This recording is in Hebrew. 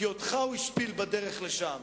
כי אותך הוא השפיל בדרך לשם.